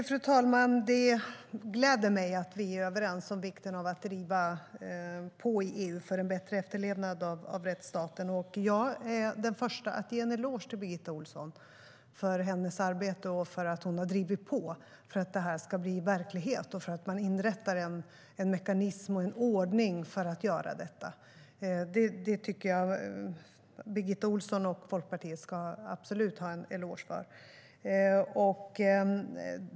Fru talman! Det gläder mig att vi är överens om vikten av att driva på i EU för en bättre efterlevnad av rättsstaten. Jag är den första att ge en eloge till Birgitta Ohlsson för hennes arbete och för att hon har drivit på för att detta ska bli verklighet och för att man inrättar en mekanism och en ordning för att göra detta. Det tycker jag att Birgitta Ohlsson och Folkpartiet absolut ska ha en eloge för.